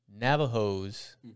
Navajos